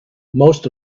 most